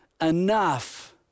enough